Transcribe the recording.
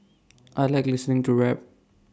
I Like listening to rap